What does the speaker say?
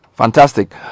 Fantastic